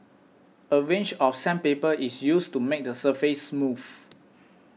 a range of sandpaper is used to make the surface smooth